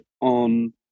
on